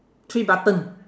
three button